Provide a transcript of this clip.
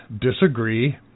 disagree